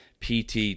PT